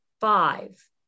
five